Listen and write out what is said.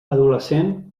adolescent